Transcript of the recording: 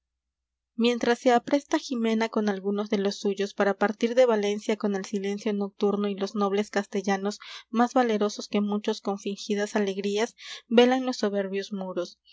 mientras se apresta jimena con algunos de los suyos para partir de valencia con el silencio nocturno y los nobles castellanos más valerosos que muchos con fingidas alegrías velan los soberbios muros